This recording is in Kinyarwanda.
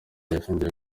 yahinduye